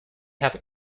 have